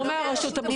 לא מהרשות המוסמכת.